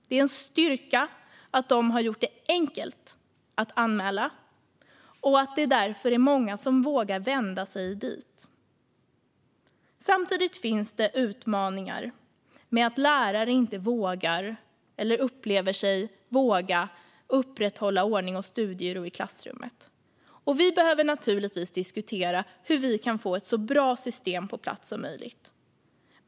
Det är en styrka att man har gjort det enkelt att anmäla och att det därför är många som vågar vända sig dit. Samtidigt finns det utmaningar med att lärare inte vågar eller upplever sig våga upprätthålla ordning och studiero i klassrummet. Vi behöver givetvis diskutera hur vi kan få ett så bra system på plats som möjligt.